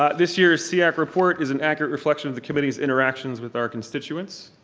ah this year's seac report is an accurate reflection of the committee's interactions with our constituents,